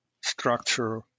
structure